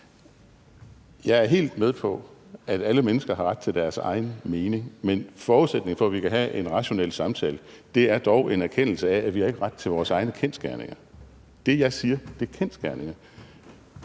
Jeg er helt med på, at alle mennesker har ret til deres egen mening, men forudsætningen for, at vi kan have en rationel samtale, er dog en erkendelse af, at vi ikke har ret til vores egne kendsgerninger. Det, jeg siger, er kendsgerninger.